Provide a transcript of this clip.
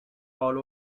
all